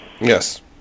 Yes